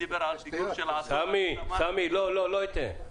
סמי, לא אתן.